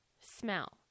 Smell